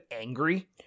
angry